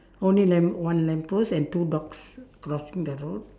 only lamp one lamppost and two dogs crossing the road